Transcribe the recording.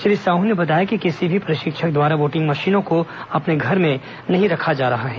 श्री साहू ने बताया कि किसी भी प्रशिक्षक द्वारा वोटिंग मशीनों को अपने घर में नहीं रखा जा रहा है